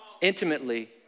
intimately